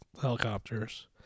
helicopters